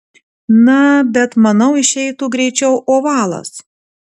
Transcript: na bet manau išeitų greičiau ovalas